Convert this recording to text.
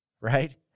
right